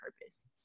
purpose